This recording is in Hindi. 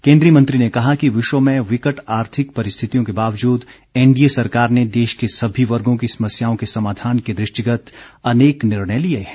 केंद्रीय मंत्री ने कहा कि विश्व में विकट आर्थिक परिस्थितियों के बावजूद एनडीए सरकार ने देश के सभी वर्गो की समस्याओं के समाधान के दष्टिगत अनेक निर्णय लिए हैं